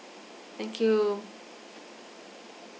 thank you